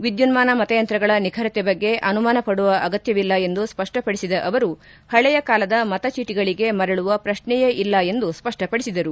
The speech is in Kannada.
ವಿದ್ಯುನ್ಮಾನ ಮತಯಂತ್ರಗಳ ನಿಖರತೆ ಬಗ್ಗೆ ಅನುಮಾನ ಪಡುವ ಅಗತ್ಯವಿಲ್ಲ ಎಂದು ಸ್ಪಷ್ಟಪಡಿಸಿದ ಅವರು ಪಳೆಯ ಕಾಲದ ಮತಚೀಟಿಗಳಿಗೆ ಮರಳುವ ಪ್ರಶ್ನೆಯೇ ಇಲ್ಲ ಎಂದು ಸ್ಪಷ್ಪಪಡಿಸಿದರು